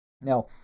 Now